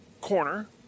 corner